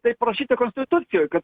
taip parašyta konstitucijoj kad